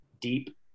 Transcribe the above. deep